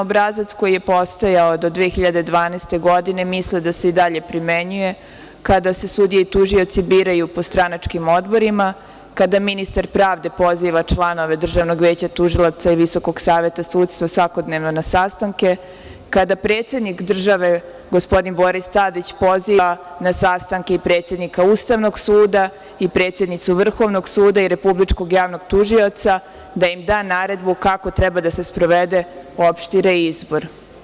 obrazac koji je postojao do 2012. godine, misle da se i dalje primenjuje kada se sudije i tužioci biraju po stranačkim odborima, kada ministar pravde poziva članove Državnog veća tužilaca i Visokog saveta sudstva svakodnevno na sastanke, kada predsednik države, gospodin Boris Tadić, poziva na sastanke i predsednika Ustavnog suda i predsednicu Vrhovnog suda i republičkog javnog tužioca da im da naredbu kako treba da se sprovede opšti reizbor.